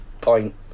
point